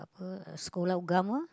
apa sekolah ugama